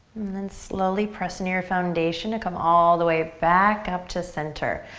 and then slowly press into your foundation to come all the way back up to center.